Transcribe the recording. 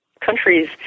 countries